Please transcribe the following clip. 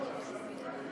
השר אקוניס,